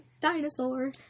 dinosaur